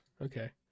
okay